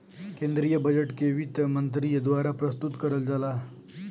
केन्द्रीय बजट के वित्त मन्त्री द्वारा प्रस्तुत करल जाला